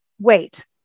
wait